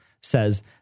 Says